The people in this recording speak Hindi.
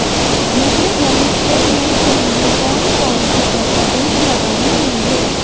मुझे होमस्टे ऋण के लिए कौन कौनसे दस्तावेज़ लगाने होंगे?